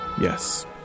Yes